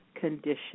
condition